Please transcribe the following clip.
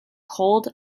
hold